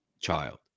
child